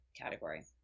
category